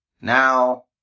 Now